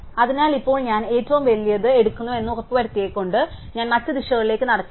അതിനാൽ ഇപ്പോൾ ഞാൻ ഏറ്റവും വലിയത് എടുക്കുന്നുവെന്ന് ഉറപ്പുവരുത്തിക്കൊണ്ട് ഞാൻ മറ്റ് ദിശകളിലേക്ക് നടക്കില്ല